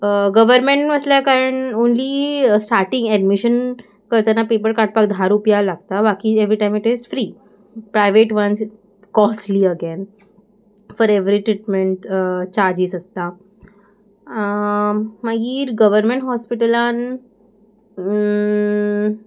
government आसल्या कारण only starting admission करतना पेपर काडपाक धा रुपया लागता बाकी every time it is free private ones is costly again for every treatment charges आसता मागीर गव्हरमेंट हॉस्पिटलान